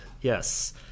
yes